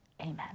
Amen